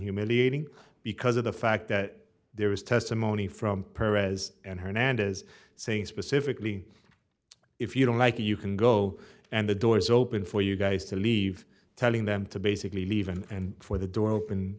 humiliating because of the fact that there was testimony from perez and hernandez saying specifically if you don't like you can go and the doors open for you guys to leave telling them to basically leave and for the door open